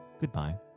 goodbye